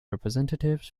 representatives